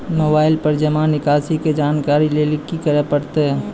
Mobile पर जमा निकासी के जानकरी लेली की करे परतै?